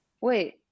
wait